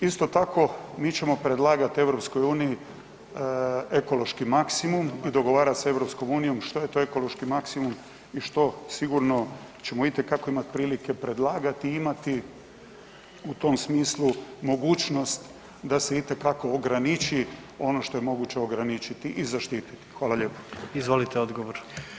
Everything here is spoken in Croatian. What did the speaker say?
Isto tako, mi ćemo predlagati EU-i ekološki maksimum i dogovara se s EU što je to ekološki maksimum i što sigurno ćemo itekako imati prilike predlagati i imati u tom smislu mogućnost da se itekako ograničiti ono što je moguće ograničiti i zaštiti.